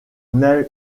nageur